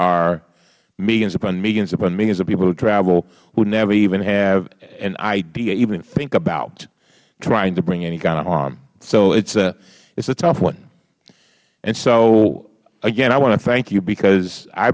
are millions upon millions upon millions of people who travel who never even have an idea even think about trying to bring any kind of harm so it is a tough one so again i want to thank you because i